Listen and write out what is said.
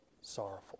sorrowful